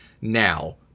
now